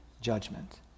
judgment